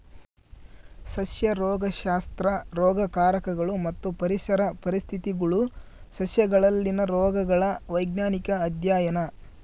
ಸಸ್ಯ ರೋಗಶಾಸ್ತ್ರ ರೋಗಕಾರಕಗಳು ಮತ್ತು ಪರಿಸರ ಪರಿಸ್ಥಿತಿಗುಳು ಸಸ್ಯಗಳಲ್ಲಿನ ರೋಗಗಳ ವೈಜ್ಞಾನಿಕ ಅಧ್ಯಯನ